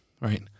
Right